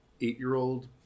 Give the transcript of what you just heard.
eight-year-old